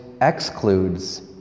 excludes